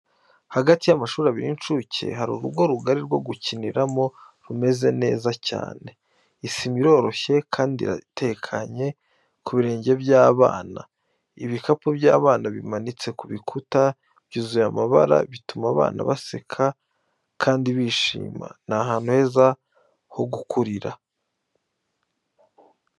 Hagati y’amashuri abiri y’ishuri ry’incuke, hari urugo rugari rwo gukiniramo rumeze neza cyane. Isima iroroshye kandi itekanye ku birenge by’abana. Ibikapu by'abana bimanitse ku bikuta, byuzuye amabara, bituma abana baseka kandi bishima. Ni ahantu heza ho gukurira.